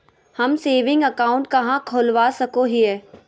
हम saving account कहाँ खोलवा सको हियै?